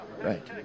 Right